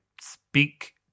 speak